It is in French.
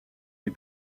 les